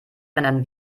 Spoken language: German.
rendern